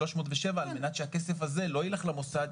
307 על מנת שהכסף הזה לא ילך למוסד,